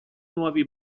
nuovi